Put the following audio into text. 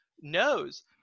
knows